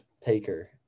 taker